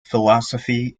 philosophy